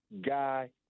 guy